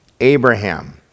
Abraham